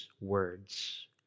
words